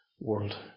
world